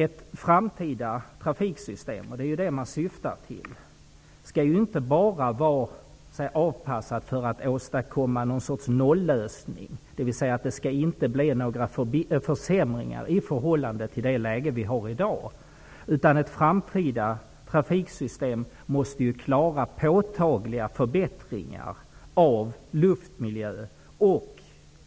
Ett framtida trafiksystem -- man syftar ju till ett sådant -- skall ju inte bara vara avpassat för att åstadkomma något slags nollösning, dvs. att det inte skall bli några försämringar i förhållande till det läge som vi har i dag. Ett framtida trafiksystem måste också klara påtagliga förbättringar av exempelvis luftmiljön och